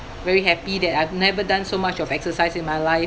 very happy that I've never done so much of exercise in my life